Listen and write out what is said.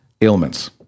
ailments